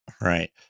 Right